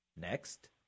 Next